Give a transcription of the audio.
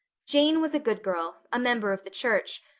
jane was a good girl, a member of the church,